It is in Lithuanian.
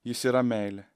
jis yra meilė